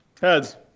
Heads